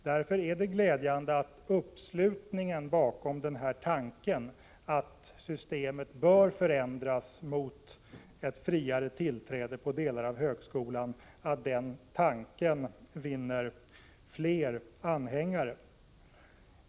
Därför är det glädjande att tanken att systemet bör förändras mot ett friare tillträde inom delar av högskolan vinner fler anhängare.